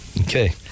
Okay